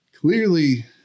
clearly